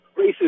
racist